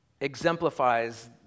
exemplifies